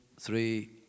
three